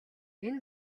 энэ